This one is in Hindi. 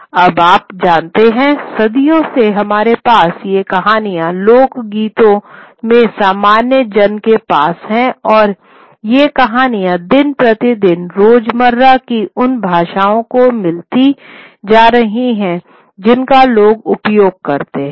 अब आप जानते हैं सदियों से हमारे पास ये कहानियां लोकगीतों में सामान्य जन के पास हैं और ये कहानियाँ दिन प्रतिदिन रोज़मर्रा की उन भाषाओं में मिलती जा रही थी जिनका लोग उपयोग करते थे